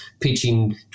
pitching